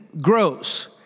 grows